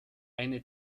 eine